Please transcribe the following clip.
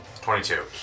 22